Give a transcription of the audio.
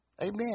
Amen